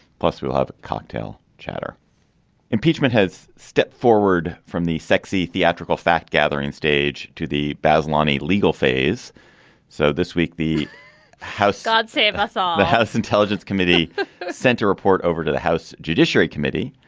plus, we'll have cocktail chatter impeachment has stepped forward from the sexy theatrical fact gathering stage to the bazz loni legal phase so this week, the house god save us all the house intelligence committee sent a report over to the house judiciary committee